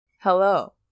hello